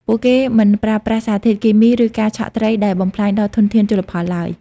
ពួកគេមិនប្រើប្រាស់ សារធាតុគីមី ឬការឆក់ត្រីដែលបំផ្លាញដល់ធនធានជលផលឡើយ។